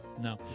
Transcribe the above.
no